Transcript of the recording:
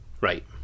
Right